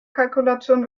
kalkulation